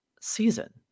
season